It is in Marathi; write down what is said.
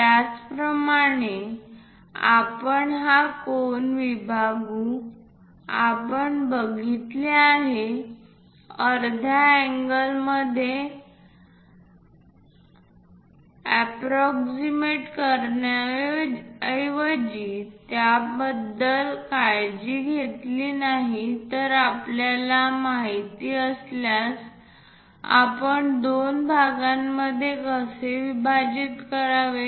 त्याचप्रमाणे आपण हा कोन विभागु आपण बघितले आहे अर्ध्या अँगलमध्ये अप्रॉक्सीमेट करण्याऐवजी याबद्दल काळजी घेतली नाही तर आपल्याला माहित असल्यास आपण दोन भागांमध्ये कसे विभाजित करावे